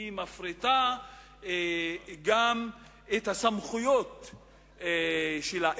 היא מפריטה גם את הסמכויות שלה,